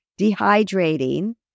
dehydrating